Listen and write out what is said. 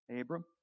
Abram